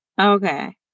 Okay